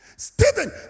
Stephen